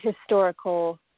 historical